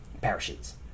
parachutes